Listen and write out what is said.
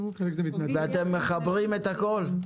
אתם מחברים את הכול?